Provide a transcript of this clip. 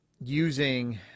using